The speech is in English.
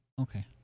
Okay